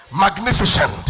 Magnificent